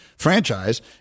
franchise